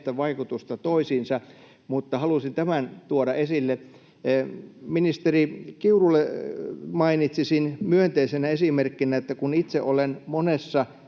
vaikutusta toisiinsa. Mutta halusin tämän tuoda esille. Ministeri Kiurulle mainitsisin myönteisenä esimerkkinä, että kun itse olen monessa